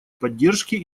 поддержки